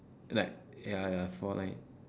then like ya ya four line